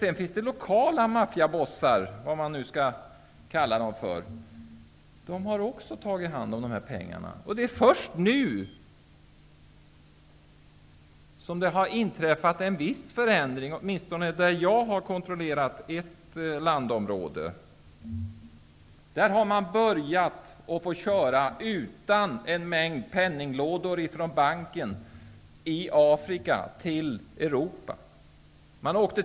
Det finns också lokala maffiabossar som har tagit hand om pengar. Det är först nu som det har inträffat en viss förändring, åtminstone i det landområde som jag har kontrollerat. Där har man börjat att köra utan en mängd penninglådor från banken i Afrika till Europa.